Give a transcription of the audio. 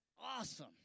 awesome